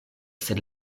sed